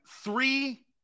three